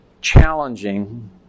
challenging